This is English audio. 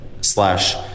slash